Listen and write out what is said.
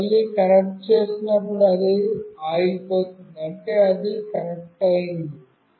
నేను మళ్ళీ కనెక్ట్ చేసినప్పుడు అది ఆగిపోయింది అంటే అది కనెక్ట్ అయింది